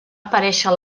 aparéixer